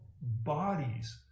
Bodies